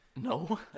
No